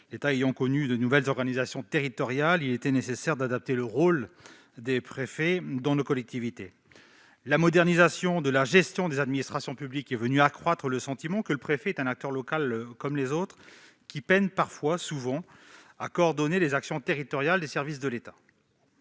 L'État ayant connu de nouvelles organisations territoriales, il était nécessaire d'adapter le rôle des préfets dans nos collectivités. La modernisation de la gestion des administrations publiques est venue accroître le sentiment que le préfet était un acteur local comme les autres et qu'il peinait souvent à coordonner les actions territoriales des services de l'État.